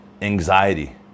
Anxiety